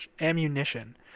Ammunition